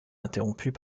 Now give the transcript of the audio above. interrompues